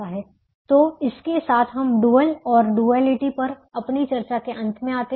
तो इसके साथ हम डुअल और डुअललिटि पर अपनी चर्चा के अंत में आते हैं